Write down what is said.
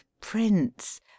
prince